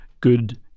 good